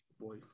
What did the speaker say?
Boy